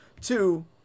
Two